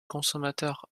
consommateur